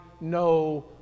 no